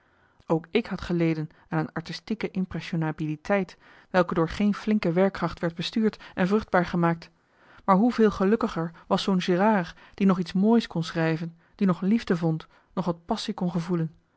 ook ik had geleden aan een artistieke impressionabiliteit welke door geen flinke werkkracht werd bestuurd en vruchtbaar gemaakt maar hoe veel gelukkiger was zoo'n gérard die nog iets mooi's kon schrijven die nog liefde vond nog wat passie kon gevoelen